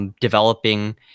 developing